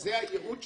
זה הייעוד שלהם,